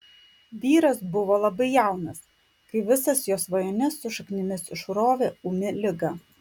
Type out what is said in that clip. vyras buvo labai jaunas kai visas jo svajones su šaknimis išrovė ūmi liga